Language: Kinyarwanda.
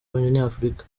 abanyafurika